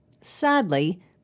Sadly